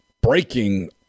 breaking